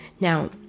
Now